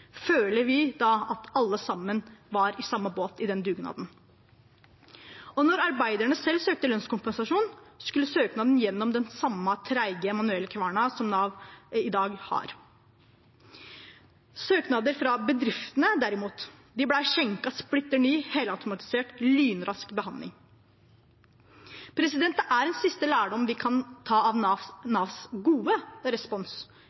Føler vi da at alle sammen var i samme båt i den dugnaden? Når arbeiderne selv søkte lønnskompensasjon, skulle søknaden gjennom den samme treige manuelle kverna som Nav i dag har. Søknadene fra bedriftene, derimot, ble skjenket en splitter ny helautomatisert og lynrask behandling. Det er en siste lærdom vi kan ta av Navs gode respons